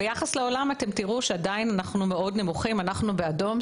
ביחס לעולם אתם תראו שעדיין אנחנו נמוכים מאוד אנחנו באדום,